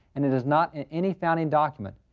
and it is not in any founding document.